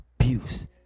Abuse